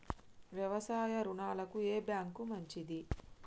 వ్యవసాయ రుణాలకు ఏ బ్యాంక్ మంచిది?